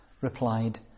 replied